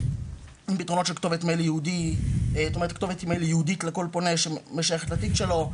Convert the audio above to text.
פתרונות כתובת מייל ייעודית לכל פונה שמשויכת לתיק שלו,